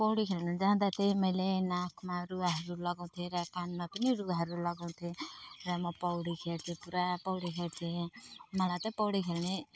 पौडी खेल्नु जाँदा चाहिँ मैले नाकमा रुवाहरू लगाउँथेँ र कानमा पनि रुवाहरू लगाउँथेँ र म पौडी खेल्छु पुरा पौडी खेल्थेँ मलाई चाहिँ पौडी खेल्ने